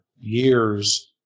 years